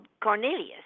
Cornelius